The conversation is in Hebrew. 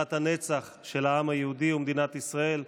העם היהודי ומדינת ישראל.